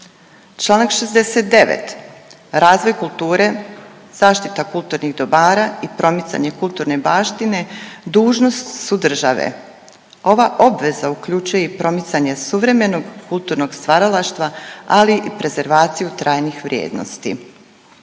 Članak 69. razvoj kulture, zaštita kulturnih dobara i promicanje kulturne baštine dužnost su države. Ova obveza uključuje i promicanje suvremenog kulturnog stvaralaštva ali i prezervaciju trajnih vrijednosti.